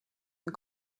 and